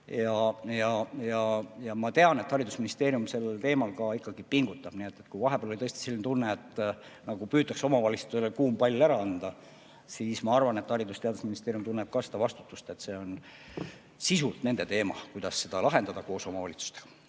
Ma tean, et haridusministeerium sellel teemal ikkagi pingutab. Kui vahepeal oli tõesti selline tunne, nagu püütaks omavalitsustele kuum pall ära anda, siis nüüd ma arvan, et Haridus‑ ja Teadusministeerium tunneb ka vastutust, et kuna see on sisult nende teema, siis kuidas seda lahendada koos omavalitsustega.